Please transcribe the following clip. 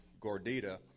gordita